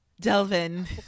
Delvin